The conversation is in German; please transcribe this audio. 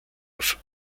auf